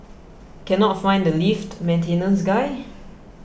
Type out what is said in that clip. cannot find the lift maintenance guy